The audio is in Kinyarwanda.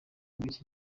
bw’iki